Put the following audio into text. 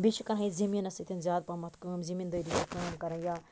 بیٚیہِ چھِ کانٛہہ ییٚتہِ زمیٖنَس سۭتۍ زیاد پَہمتھ کٲم زمیٖندٲری کٲم کَران یا